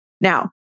Now